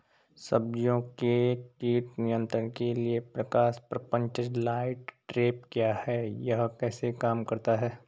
सब्जियों के कीट नियंत्रण के लिए प्रकाश प्रपंच लाइट ट्रैप क्या है यह कैसे काम करता है?